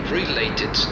related